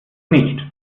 nicht